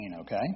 okay